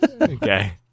Okay